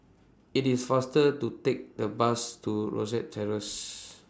IT IS faster to Take The Bus to Rosyth Terrace